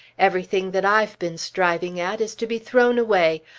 everything that i've been striving at is to be thrown away.